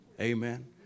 Amen